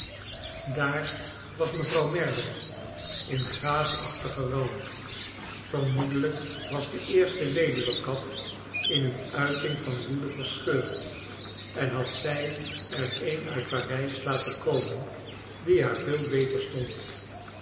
daar was mevrouw merdle in gaasachtigen rouw vermoedelijk was de eerste weduwenkap in een uiting van woede verscheurd en had zij er een uit parijs laten komen die haar veel beter stond